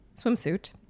swimsuit